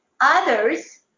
Others